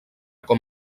com